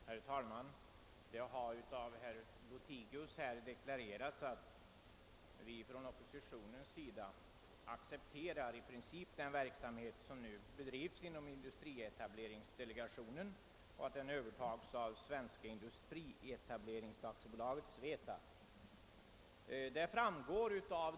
Herr talman! Herr Lothigius har deklarerat att vi inom oppositionen i princip accepterar den verksamhet som nu bedrives inom industrietableringsdelegationen och att denna övertages av Svenska industrietableringsaktiebolaget, SVETAB.